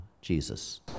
Jesus